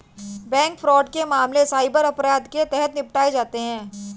bank fraud के मामले cyber अपराध के तहत निपटाए जाते हैं